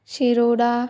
Shiroda